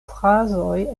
frazoj